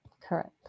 Correct